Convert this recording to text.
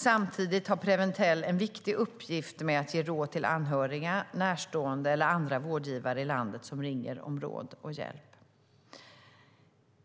Samtidigt har Preventell en viktig uppgift med att ge råd till anhöriga, närstående eller andra vårdgivare i landet som ringer om råd och hjälp.